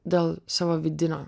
dėl savo vidinio